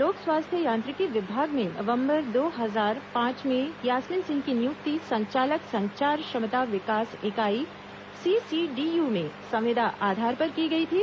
लोक स्वास्थ्य यांत्रिकी विभाग में नवंबर दो हजार पांच में यास्मीन सिंह की नियुक्ति संचालक संचार क्षमता विकास इकाई सीसीडीयू में संविदा आधार पर की गई थी